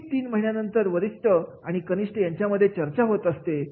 प्रत्येक तीन महिन्यानंतर वरिष्ठ आणि कनिष्ठ यांच्यामध्ये चर्चा होत असते